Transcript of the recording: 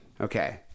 Okay